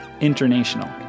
international